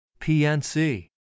PNC